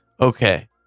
Okay